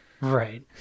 Right